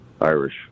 Irish